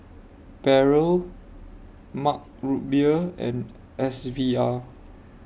Barrel Mug Root Beer and S V R